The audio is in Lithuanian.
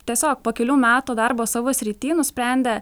tiesiog po kelių metų darbo savo srity nusprendė